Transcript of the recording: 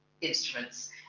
instruments